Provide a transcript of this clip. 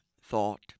thought